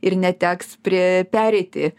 ir neteks prie pereiti